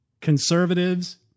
Conservatives